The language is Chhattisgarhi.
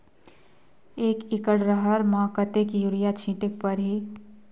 एक एकड रहर म कतेक युरिया छीटेक परही?